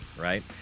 right